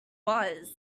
was